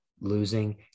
losing